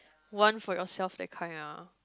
one for yourself that kind ah